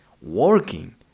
working